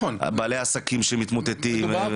בתי עסקים שמתמוטטים,